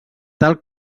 tal